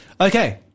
Okay